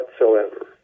whatsoever